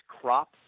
crop